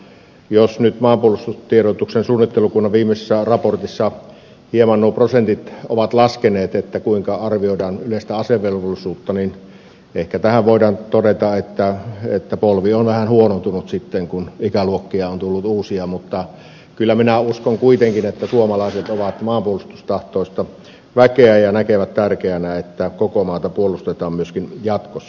jos nyt maanpuolustustiedotuksen suunnittelukunnan viimeisessä raportissa hieman nuo prosentit ovat laskeneet kuinka arvioidaan yleistä asevelvollisuutta niin ehkä tähän voidaan todeta että polvi on vähän huonontunut sitten kun ikäluokkia on tullut uusia mutta kyllä minä uskon kuitenkin että suomalaiset ovat maanpuolustustahtoista väkeä ja näkevät tärkeänä että koko maata puolustetaan myöskin jatkossa